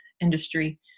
industry